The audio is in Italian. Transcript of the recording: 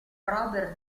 robert